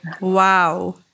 wow